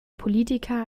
politiker